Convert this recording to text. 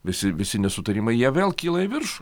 visi visi nesutarimai jie vėl kyla į viršų